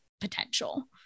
potential